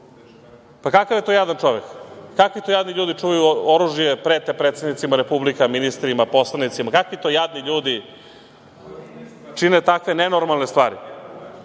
Pa, kakav je to jadan čovek? Kakvi to jadni ljudi čuvaju oružje, prete predsednicima republika, ministrima, poslanicima? Kakvi to jadni ljudi čine takve nenormalne stvari?